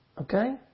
Okay